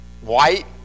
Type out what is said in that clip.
white